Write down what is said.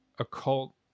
occult